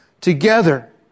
together